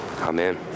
Amen